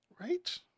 Right